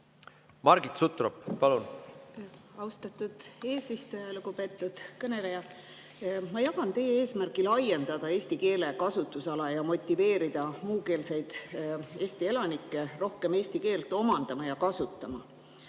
Margit Sutrop, palun! Austatud eesistuja! Lugupeetud kõneleja! Ma jagan teie eesmärki laiendada eesti keele kasutusala ja motiveerida muukeelseid Eesti elanikke rohkem eesti keelt omandama ja kasutama.